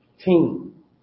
team